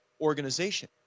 organization